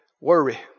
worry